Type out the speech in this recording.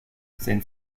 sind